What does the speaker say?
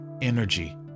energy